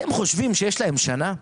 אתם חושבים שיש להם שנה?